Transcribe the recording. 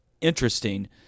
interesting